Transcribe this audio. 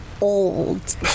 old